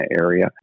area